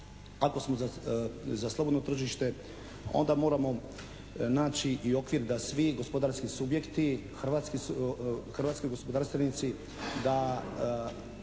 ako smo za slobodno tržište onda moramo naći i okvir da svi gospodarski subjekti, hrvatski gospodarstvenici da